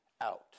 out